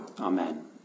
Amen